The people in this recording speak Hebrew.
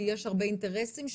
כי יש הרבה אינטרסים שונים.